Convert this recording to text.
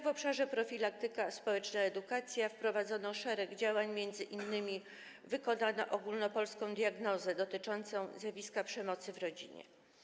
W obszarze profilaktyki i edukacji społecznej wprowadzono szereg działań, m.in. wykonano ogólnopolską diagnozę dotyczącą zjawiska przemocy w rodzinie.